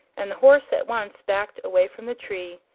and the horse at once backed away from the tree,